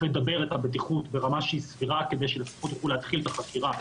לדבר את הבטיחות ברמה סבירה כדי שלפחות יוכלו להתחיל את החקירה,